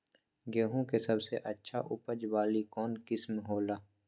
गेंहू के सबसे अच्छा उपज वाली कौन किस्म हो ला?